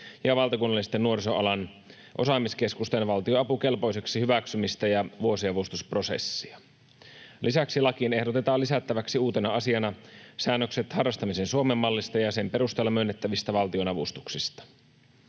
ja valtakunnallisten nuorisoalan osaamiskeskusten valtionapukelpoiseksi hyväksymistä ja vuosiavustusprosessia. Lisäksi lakiin ehdotetaan lisättäväksi uutena asiana säännökset harrastamisen Suomen mallista ja sen perusteella myönnettävistä valtionavustuksista.